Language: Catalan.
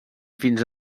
fins